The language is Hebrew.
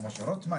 כמו משה רוטמן,